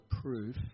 proof